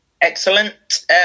Excellent